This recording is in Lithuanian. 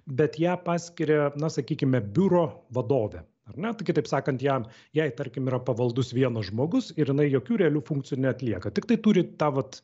bet ją paskiria na sakykime biuro vadove ar ne tai kitaip sakant ją jai tarkim yra pavaldus vienas žmogus ir jinai jokių realių funkcijų neatlieka tiktai turi tą vat